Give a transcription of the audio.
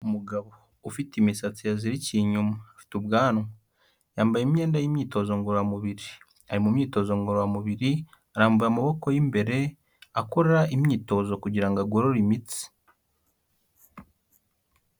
Umugabo ufite imisatsi yazirikiye inyuma, afite ubwanwa yambaye imyenda y'imyitozo ngororamubiri, ari mu myitozo ngororamubiri arambuye amaboko y'imbere akora imyitozo kugira ngo agorore imitsi.